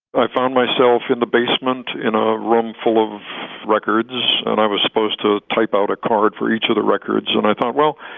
i found myself in the basement in a room full of records and i was supposed to type out a card for each of the records. and i thought, well,